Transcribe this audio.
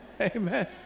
Amen